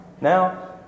Now